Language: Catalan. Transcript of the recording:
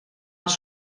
als